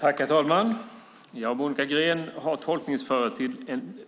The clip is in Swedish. Herr talman! Monica Green har